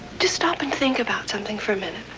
just stop and think about something for a minute.